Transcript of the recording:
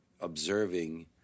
observing